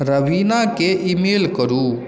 रवीनाकेँ email करू